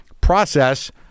process